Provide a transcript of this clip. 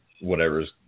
whatever's